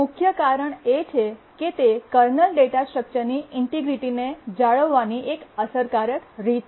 મુખ્ય કારણ એ છે કે તે કર્નલ ડેટા સ્ટ્રક્ચરની ઇન્ટેગ્રિટીને જાળવવાની એક અસરકારક રીત છે